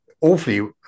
awfully